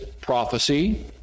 prophecy